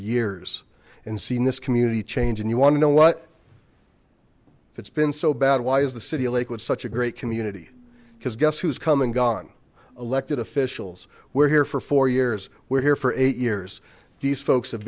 years and seen this community change and you want to know what if it's been so bad why is the city lake with such a great community because guess who's come and gone elected officials we're here for four years we're here for eight years these folks have